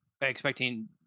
expecting